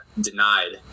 denied